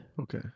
Okay